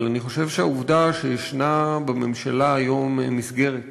אבל אני חושב שהעובדה שישנה היום בממשלה מסגרת